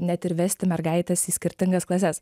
net ir vesti mergaites į skirtingas klases